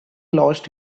lost